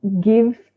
give